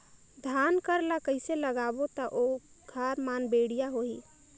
धान कर ला कइसे लगाबो ता ओहार मान बेडिया होही?